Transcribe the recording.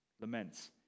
Laments